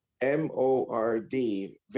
M-O-R-D